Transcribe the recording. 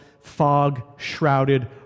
fog-shrouded